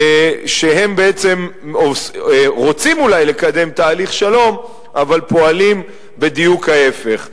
שהם רוצים אולי לקדם תהליך שלום אבל פועלים בדיוק ההיפך.